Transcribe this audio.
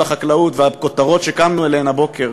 החקלאות ועל הכותרות שקמנו אליהן הבוקר.